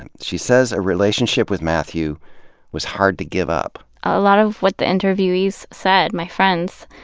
and she says a relationship with mathew was hard to give up. a lot of what the interviewees said, my friends,